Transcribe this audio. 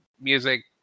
Music